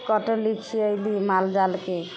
काटली खिएली माल जालके